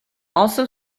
also